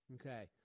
Okay